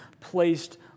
placed